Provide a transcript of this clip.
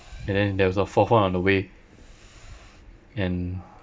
and then there was a fourth one on the way and